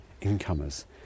incomers